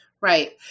Right